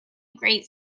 great